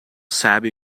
sabe